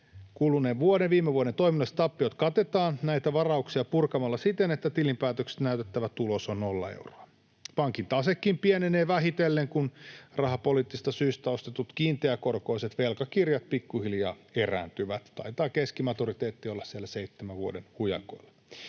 Viime vuoden toiminnalliset tappiot katetaan näitä varauksia purkamalla siten, että tilinpäätöksessä näytettävä tulos on nolla euroa. Pankin tasekin pienenee vähitellen, kun rahapoliittisista syistä ostetut kiinteäkorkoiset velkakirjat pikkuhiljaa erääntyvät — taitaa keskimaturiteetti olla siellä seitsemän vuoden hujakoilla.